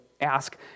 Ask